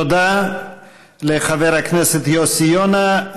תודה לחבר הכנסת יוסי יונה.